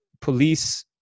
police